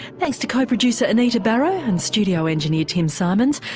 thanks to co-producer anita barraud and studio engineer tim symonds,